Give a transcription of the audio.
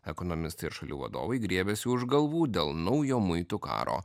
ekonomistai ir šalių vadovai griebiasi už galvų dėl naujo muitų karo